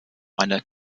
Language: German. eine